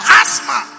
asthma